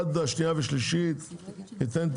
עד הקריאה השנייה והשלישית ייתן את